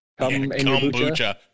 kombucha